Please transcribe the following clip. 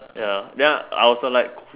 ya then I also like